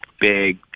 big